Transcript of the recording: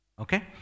Okay